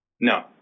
No